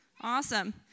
Awesome